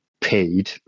paid